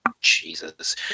Jesus